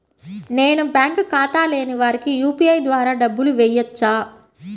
నేను బ్యాంక్ ఖాతా లేని వారికి యూ.పీ.ఐ ద్వారా డబ్బులు వేయచ్చా?